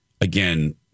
again